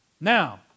Now